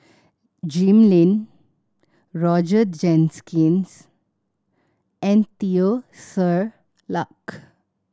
Jim Lim Roger Jenkins and Teo Ser Luck